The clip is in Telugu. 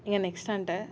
ఇక నెక్స్ట్ అంటే